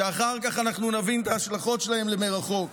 שאחר כך אנחנו נבין את ההשלכות שלהם למרחוק.